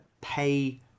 pay